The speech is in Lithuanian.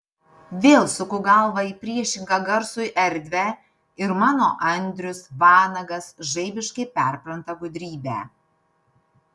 vėl suku galvą į priešingą garsui erdvę ir mano andrius vanagas žaibiškai perpranta gudrybę